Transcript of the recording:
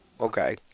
okay